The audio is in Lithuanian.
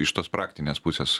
iš tos praktinės pusės